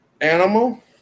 animal